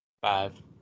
Five